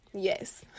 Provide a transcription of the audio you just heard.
Yes